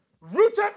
Rooted